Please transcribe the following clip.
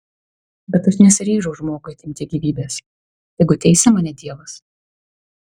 bet aš nesiryžau žmogui atimti gyvybės tegu teisia mane dievas